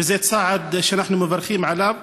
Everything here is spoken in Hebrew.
וזה צעד שאנחנו מברכים עליו,